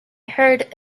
heard